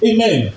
Amen